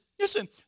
Listen